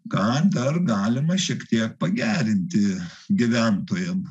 ką dar galima šiek tiek pagerinti gyventojam